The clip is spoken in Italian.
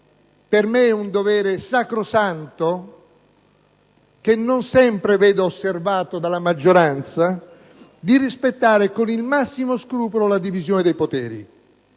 per me sacrosanto, ma che non sempre vedo osservato dalla maggioranza - di rispettare con il massimo scrupolo la divisione dei poteri